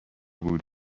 بود